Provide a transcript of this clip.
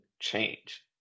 change